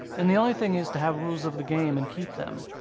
and the only thing is to have rules of the game and keep them.